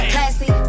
Classy